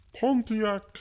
Pontiac